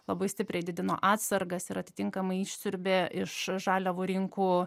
labai stipriai didino atsargas ir atitinkamai išsiurbė iš žaliavų rinkų